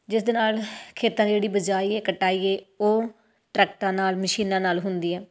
ਜਿਸ ਦੇ ਨਾਲ ਖੇਤਾਂ ਦੀ ਜਿਹੜੀ ਬਿਜਾਈ ਹੈ ਕਟਾਈ ਹੈ ਉਹ ਟਰੈਕਟਰਾਂ ਨਾਲ ਮਸ਼ੀਨਾਂ ਨਾਲ ਹੁੰਦੀ ਹੈ